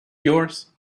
yours